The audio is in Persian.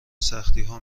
سختیها